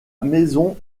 maison